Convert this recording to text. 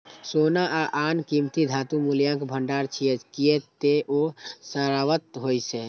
सोना आ आन कीमती धातु मूल्यक भंडार छियै, कियै ते ओ शाश्वत होइ छै